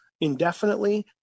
indefinitely